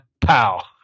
pow